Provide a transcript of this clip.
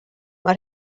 mae